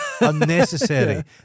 Unnecessary